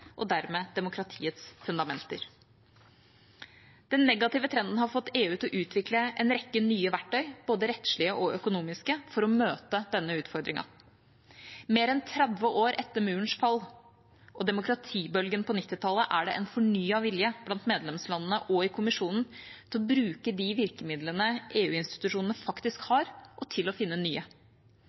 og dermed demokratiets fundamenter. Den negative trenden har fått EU til å utvikle en rekke nye verktøy – både rettslige og økonomiske – for å møte denne utfordringen. Mer enn 30 år etter murens fall og demokratibølgen på 1990-tallet er det en fornyet vilje blant medlemslandene og i Kommisjonen til å bruke de virkemidlene EU-institusjonene faktisk har, og til å finne nye.